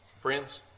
Friends